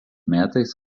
metais